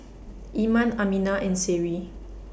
Iman Aminah and Seri